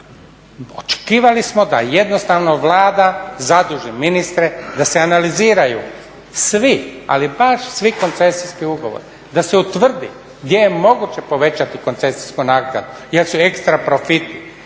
Očekivali smo da jednostavno Vlada zaduži ministre da se analiziraju svi, ali baš svi koncesijski ugovori, da se utvrdi gdje je moguće povećati koncesijsku nagradu jer su ekstra profiti,